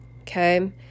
okay